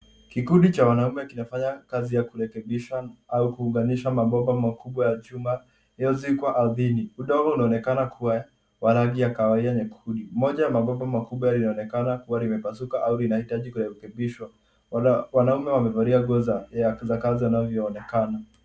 Kikundi cha wanaume kinafanya kazi ya kurekebisha au kuunganisha mabomba makubwa ya chuma yaliyozikwa ardhini, udongo unaonekana kuwa wa rangi ya kahawia nyekundu. Moja ya mabomba makubwa yaonekana kuwa limepasuka au linahitaji kurekebishwa. Wanaume wamevalia nguo za kazi wanavyoonekana.